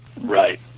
Right